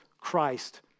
Christ